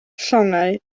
llongau